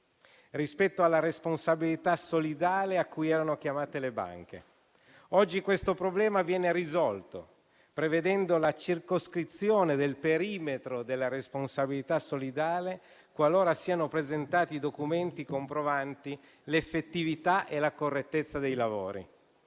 rispetto alla responsabilità solidale cui erano chiamate le banche: oggi questo problema viene risolto, prevedendo la circoscrizione del perimetro della responsabilità solidale, qualora siano presentati documenti comprovanti l'effettività e la correttezza dei lavori.